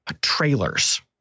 trailers